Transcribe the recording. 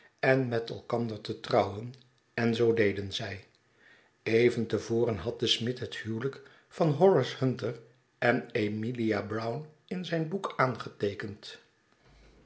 en met elkander te trouwen en zoo deden zij even te voren had de smid het huwelyk van horace hunter en emilia brown in zijn boek aangeteekend